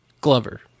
Glover